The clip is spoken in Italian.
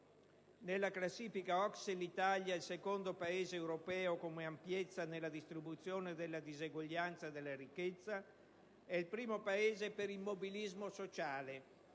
Nella classifica OCSE l'Italia è il secondo Paese europeo come ampiezza nella distribuzione della diseguaglianza della ricchezza e il primo Paese per immobilismo sociale: